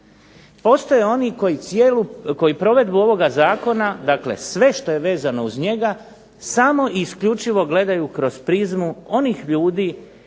Postoje oni koji provedbu ovoga zakona, dakle sve što je vezano uz njega samo i isključivo gledaju kroz prizmu onih ljudi